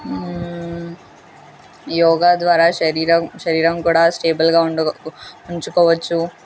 యోగా ద్వారా శరీరం శరీరం కూడా స్టేబుల్గా ఉండ ఉంచుకోవచ్చు